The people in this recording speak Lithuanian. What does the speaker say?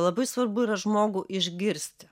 labai svarbu yra žmogų išgirsti